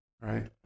right